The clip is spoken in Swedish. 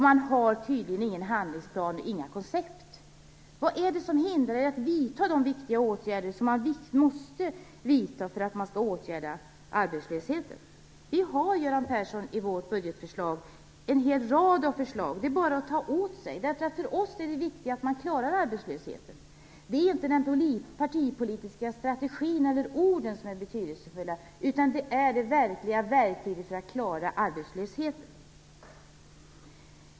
Man har tydligen ingen handlingsplan och inga koncept. Vad är det som hindrar att man vidtar de viktiga åtgärder som man måste vidta för att arbetslösheten skall åtgärdas? I vårt budgetförslag presenterar vi en lång rad av åtgärder. Det är bara att ta åt sig. För oss är det viktigt att man klarar arbetslösheten. Det är inte den partipolitiska strategin eller orden som är betydelsefulla utan det är det verkliga problemet hur vi skall klara arbetslösheten.